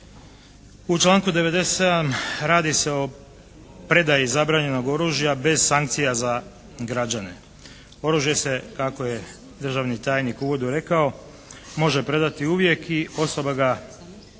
U članku 97. radi se o predaji zabranjenog oružja bez sankcija za građane. Oružje se kako je državni tajnik u uvodu rekao, može predati uvijek i osoba ga,